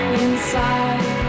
inside